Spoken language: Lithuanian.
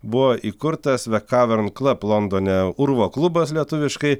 buvo įkurtas the cavern club londone urvo klubas lietuviškai